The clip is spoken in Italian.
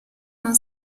non